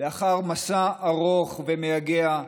לאחר מסע ארוך ומייגע,